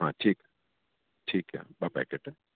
ठीकु आहे ठीकु आहे ॿ पैकेट